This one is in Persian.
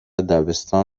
دبستان